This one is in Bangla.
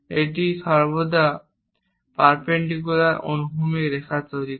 এটি সর্বদা পারপেন্ডিকুলার এবং অনুভূমিক রেখা তৈরি করে